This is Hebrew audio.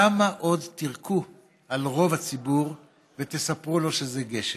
כמה עוד תירקו על רוב הציבור ותספרו לו שזה גשם?